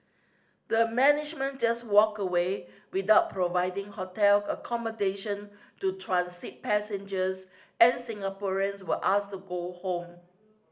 the management just walked away without providing hotel accommodation to transit passengers and Singaporeans were asked to go home